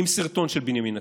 עם סרטון של בנימין נתניהו,